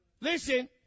Listen